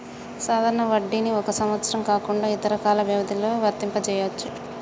సాధారణ వడ్డీని ఒక సంవత్సరం కాకుండా ఇతర కాల వ్యవధిలో వర్తింపజెయ్యొచ్చు